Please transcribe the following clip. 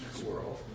world